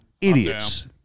idiots